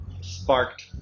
sparked